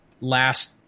last